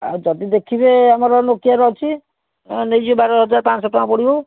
ଆଉ ଯଦି ଦେଖିବେ ଆମର ନୋକିଆର ଅଛି ନେଇଯିବେ ବାର ହଜାର ପାଞ୍ଚ ଶହ ଟଙ୍କା ପଡ଼ିବ